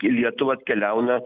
į lietuvą atkeliauna